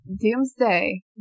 Doomsday